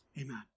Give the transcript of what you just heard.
amen